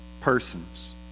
persons